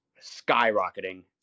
skyrocketing